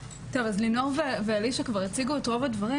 לינור ואלישע כבר הציגו את רוב הדברים,